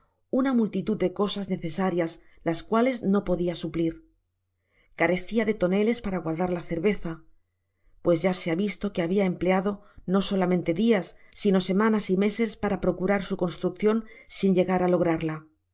una multitud de eosas necesarias las cuales no podia suplir carecia de toneles para guardar la cerveza pues ya se ha visto que habia empleado no solamente dias si no semanas y meses para procurar su construccion sin llegara á lograrla